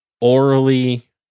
orally